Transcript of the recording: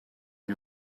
you